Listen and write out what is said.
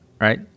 right